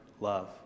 love